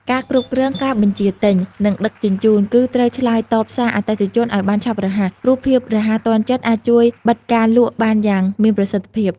ការគ្រប់គ្រងការបញ្ជាទិញ និងដឹកជញ្ជូនគឺ ត្រូវឆ្លើយតបសារអតិថិជនឱ្យបានឆាប់រហ័ស ព្រោះភាពរហ័សទាន់ចិត្តអាចជួយបិទការលក់បានយ៉ាងមានប្រសិទ្ធភាព។